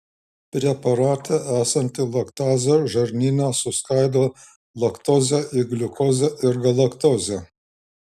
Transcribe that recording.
preparate esanti laktazė žarnyne suskaido laktozę į gliukozę ir galaktozę